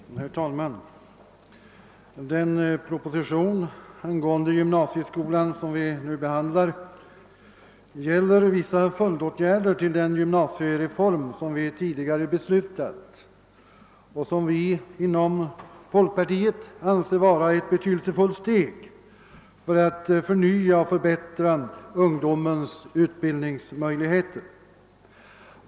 Herr talman! Den proposition angående gymnasieskolan som vi nu behandlar gäller vissa följdåtgärder till den gymnasiereform som vi tidigare beslutat om och som vi inom folkpartiet anser vara ett betydelsefullt steg för att förnya och förbättra ungdomens utbildningsmöjligheter.